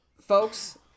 folks